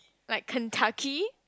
like Kentucky